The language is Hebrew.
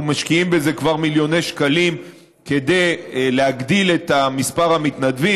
אנחנו משקיעים בזה כבר מיליוני שקלים כדי להגדיל את מספר המתנדבים.